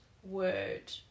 word